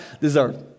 deserve